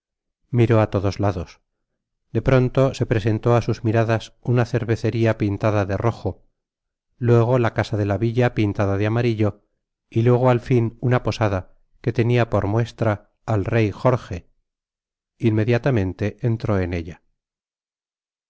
miró á lodos lados da pronto se presentó á sus miradas una cerveceria pintada de rojo ruego la casa dela villa pintada de amarillo y luego al fin una posada que tenia por muestra al rey jorge inmediatamente entró en ella